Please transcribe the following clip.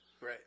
right